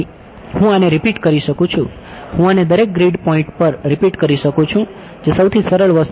હું આને રિપીટ કરી શકું છું હું આને દરેક ગ્રીડ પોઇન્ટ પર રિપીટ કરી શકું છુ જે સૌથી સરળ વસ્તુ પર છે